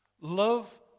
Love